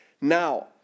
Now